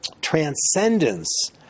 transcendence